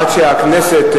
עד שהכנסת,